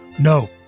No